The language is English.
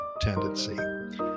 tendency